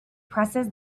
presses